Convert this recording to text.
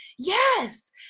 Yes